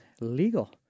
legal